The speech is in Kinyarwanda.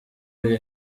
iyi